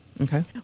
Okay